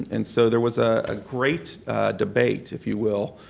and so there was a great debate, if you will,